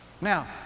Now